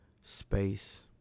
space